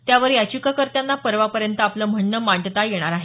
त्यावर याचिकाकर्त्यांना परवापर्यंत आपलं म्हणणं मांडता येईल